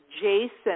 Jason